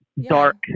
dark